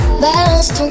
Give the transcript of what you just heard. Balance